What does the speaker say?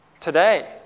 today